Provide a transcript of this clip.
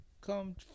Come